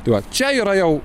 tu va čia yra jau